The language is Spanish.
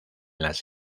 las